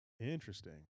Interesting